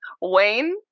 Wayne